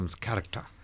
character